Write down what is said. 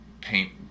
paint